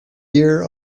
year